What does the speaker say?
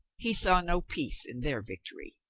he saw no peace in their victory.